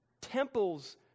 Temples